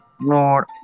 Lord